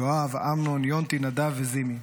יואב, אמנון, יונתי, נדב וזימי.